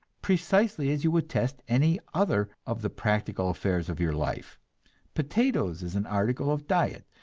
precisely as you would test any other of the practical affairs of your life potatoes as an article of diet,